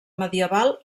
medieval